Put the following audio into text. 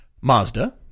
Mazda